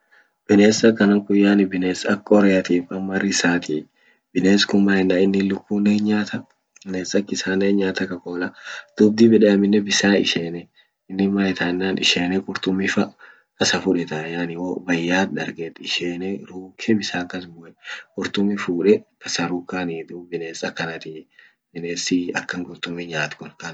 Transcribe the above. Bines akanan kun yani bines ak qoriatif ama risatii. bines kun man yenan innin lukunen hin nyata bines ak isanen hin nyata ka kola dub dib yede amine bisan isheene innin man ita yenan isheene qurtumifa kasa fudetaa yani wo bayyat darget isheene ruuke bisan kas bue qurtumi fuude kasa rukanii dub bines akanatii bines akan qurtumi nyat wontanaa.